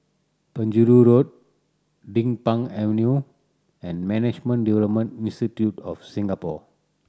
Penjuru Road Din Pang Avenue and Management Development Institute of Singapore